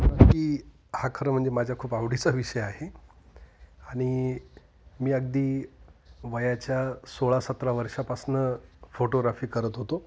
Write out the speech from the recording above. अगदी हा खरं म्हणजे माझा खूप आवडीचा विषय आहे आणि मी अगदी वयाच्या सोळा सतरा वर्षापासून फोटोग्राफी करत होतो